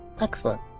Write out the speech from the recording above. Excellent